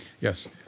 Yes